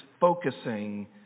focusing